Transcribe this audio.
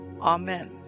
Amen